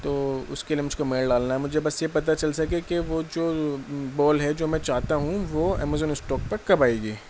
تو اس کے لیے مجھ کو میل ڈالنا ہے مجھے بس یہ پتہ چل سکے کہ وہ جو بال ہے جو میں چاہتا ہوں وہ امازون اسٹاک پر کب آئے گی